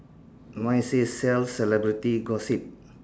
mine says sell celebrity gossip